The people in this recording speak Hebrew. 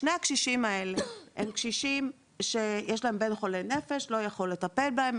לשני הקשישים האלה יש בן חולה נפש שלא יכול לטפל בהם,